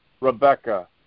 Rebecca